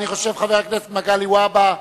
אני חושב, חבר הכנסת מגלי והבה,